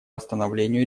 восстановлению